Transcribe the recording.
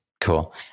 Cool